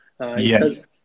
Yes